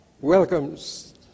welcomes